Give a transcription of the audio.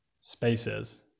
spaces